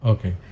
Okay